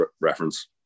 reference